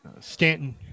stanton